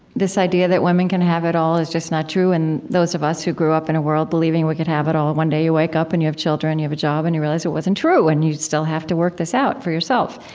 this idea that women can have it all is just not true, and those of us who grew up in a world believing we could have it all, one day you wake up and you have children, you have a job, and you realize it wasn't true. and you still have to work this out for yourself.